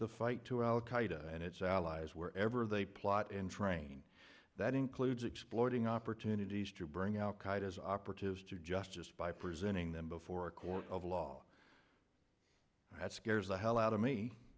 the fight to al qaeda and its allies wherever they plot and train that includes exploiting opportunities to bring out qaida operatives to justice by presenting them before a court of law that scares the hell out of me